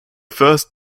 first